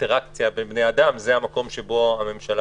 אינטראקציה בין בני אדם זה המקום שבו הממשלה